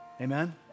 amen